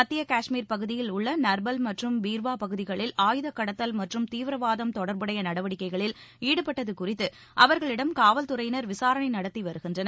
மத்திய காஷ்மீர் பகுதியில் உள்ள நர்பல் மற்றும் பீர்வா பகுதிகளில் ஆயுத கடத்தல் மற்றும் தீவிரவாதம் தொடர்புடைய நடவடிக்கைகளில் ஈடுபட்டுள்ளது குறித்து அவர்களிடம் காவல்துறையினர் விசாரணை நடத்தி வருகின்றனர்